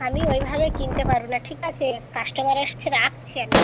আমি ঐভাবে কিনতে পারবো না ঠিক আছে কাস্টমার এসছে রাখছি আমি